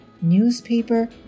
newspaper